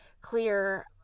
clear